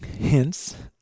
hence